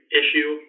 issue